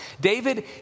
David